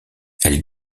elle